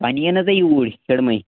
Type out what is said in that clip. وۅنۍ یِیِو نا تُہۍ یوٗرۍ کھِرمٕے